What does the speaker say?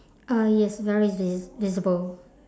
uh yes very vis~ visible